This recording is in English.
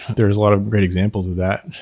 there's a lot of great examples of that.